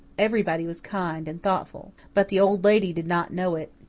everybody was kind and thoughtful. but the old lady did not know it.